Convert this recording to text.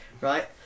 Right